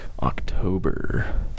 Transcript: October